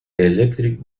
electric